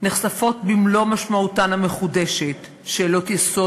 נחשפות במלוא משמעותן המחודשת שאלות יסוד